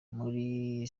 muri